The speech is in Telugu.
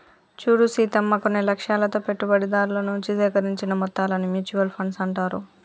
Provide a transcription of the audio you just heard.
చూడు సీతమ్మ కొన్ని లక్ష్యాలతో పెట్టుబడిదారుల నుంచి సేకరించిన మొత్తాలను మ్యూచువల్ ఫండ్స్ అంటారు